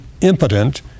impotent